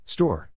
Store